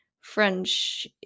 French